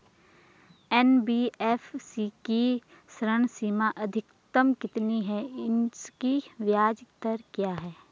NBFC की ऋण सीमा अधिकतम कितनी है इसकी ब्याज दर क्या है?